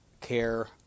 care